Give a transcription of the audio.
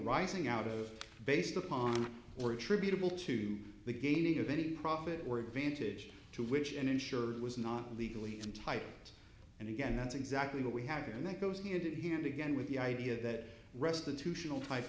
rising out of based upon or attributable to the gaining of any profit or advantage to which an insured was not legally entitled to and again that's exactly what we have here and that goes hand in hand again with the idea that restitution